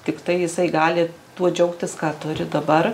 tiktai jisai gali tuo džiaugtis ką turi dabar